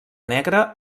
negre